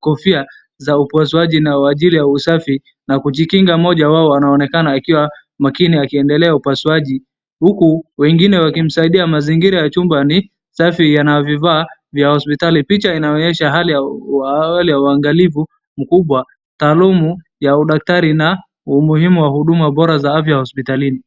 kofia za upasuaji nayo ajili na usafi na kujikinga. Mmoja wao anaonekana akiwa makini akiendelea upasuaji huku wengine wakimsaidia mazingira ya chumba ni safi yana vifaa vya hospitali. Picha inaonyesha hali ya uangalifu mkubwa, taalumu ya udaktari na umuhimu wa huduma bora za afya hospitalini.